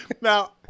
Now